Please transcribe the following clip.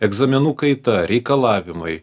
egzaminų kaita reikalavimai